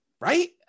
Right